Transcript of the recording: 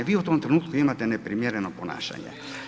Vi u tom trenutku imate neprimjereno ponašanje.